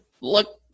look